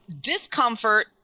discomfort